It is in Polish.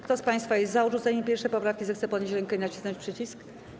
Kto z państwa jest za odrzuceniem 1. poprawki, zechce podnieść rękę i nacisnąć przycisk.